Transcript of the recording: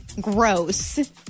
Gross